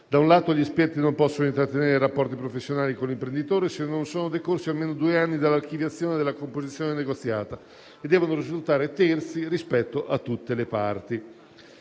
in esame; gli esperti non possono intrattenere rapporti professionali con l'imprenditore se non sono decorsi almeno due anni dall'archiviazione della composizione negoziata e devono risultare terzi rispetto a tutte le parti.